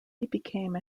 became